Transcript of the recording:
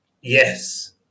yes